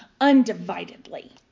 undividedly